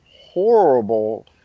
horrible